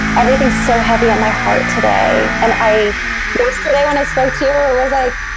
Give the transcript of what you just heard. and everything's so heavy on my heart today. and i yesterday when i spoke to you, it was like,